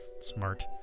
Smart